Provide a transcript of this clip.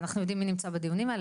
ואנחנו יודעים מי נמצא בדיונים האלה